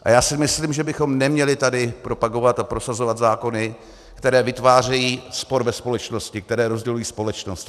A já si myslím, že bychom neměli tady propagovat a prosazovat zákony, které vytvářejí spor ve společnosti, které rozdělují společnost.